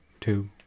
two